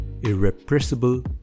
irrepressible